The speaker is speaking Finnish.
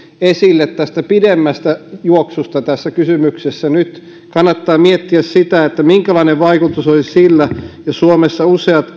esille tästä pidemmästä juoksusta tässä kysymyksessä nyt kannattaa miettiä sitä minkälainen vaikutus olisi sillä jos suomessa useat